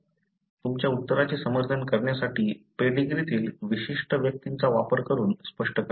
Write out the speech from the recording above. तुमच्या उत्तराचे समर्थन करण्यासाठी पेडीग्रीतील विशिष्ट व्यक्तींचा वापर करून स्पष्ट करा